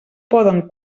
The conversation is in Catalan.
poden